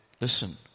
listen